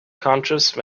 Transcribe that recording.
conscience